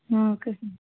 okay sir